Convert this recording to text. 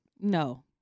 No